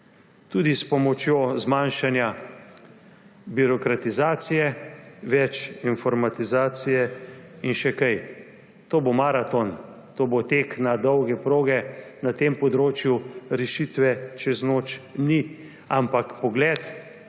Tudi s pomočjo zmanjšanja birokratizacije, več informatizacije in še kaj. To bo maraton, to bo tek na dolge proge na tem področju, rešitve čez noč ni, ampak pogled